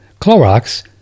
Clorox